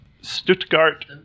Stuttgart